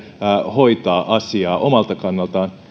hoitaa asiaa omalta kannaltaan